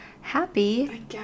happy